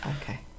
Okay